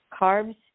carbs